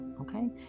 okay